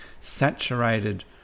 saturated